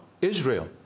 Israel